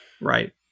Right